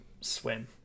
swim